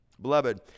Beloved